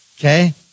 Okay